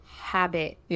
habit